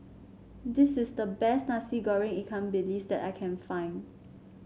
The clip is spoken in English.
this is the best Nasi Goreng Ikan Bilis that I can find